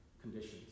conditions